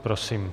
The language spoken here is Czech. Prosím.